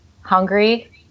hungry